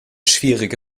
schwierige